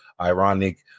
ironic